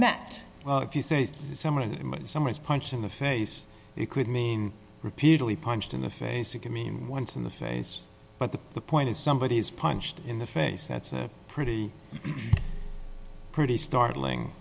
met if you say somebody summers punched in the face it could mean repeatedly punched in the face it can mean once in the face but the point is somebody is punched in the face that's a pretty pretty startling